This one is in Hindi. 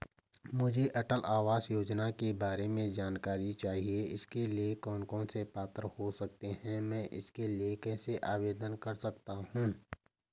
मुझे अटल आवास योजना के बारे में जानकारी चाहिए इसके लिए कौन कौन पात्र हो सकते हैं मैं इसके लिए कैसे आवेदन कर सकता हूँ?